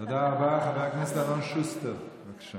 חבר הכנסת אלון שוסטר, בבקשה.